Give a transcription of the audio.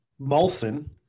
Molson –